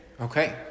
Okay